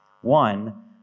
one